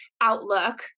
outlook